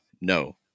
no